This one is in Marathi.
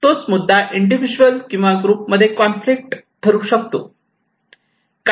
तोच मुद्दा इंडिव्हिज्युअल किंवा ग्रुप मध्ये कॉन्फ्लिक्ट ठरू शकतो